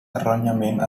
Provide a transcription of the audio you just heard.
erròniament